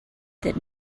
that